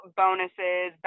bonuses